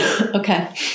Okay